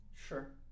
Sure